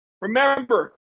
remember